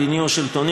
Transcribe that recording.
מדיני או שלטוני,